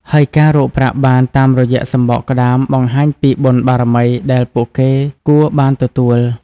ហើយការរកបានប្រាក់តាមរយៈសំបកក្តាមបង្ហាញពីបុណ្យបារមីដែលពួកគេគួរបានទទួល។